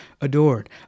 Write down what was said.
adored